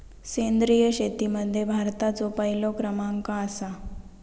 सेंद्रिय शेतीमध्ये भारताचो पहिलो क्रमांक आसा